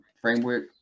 framework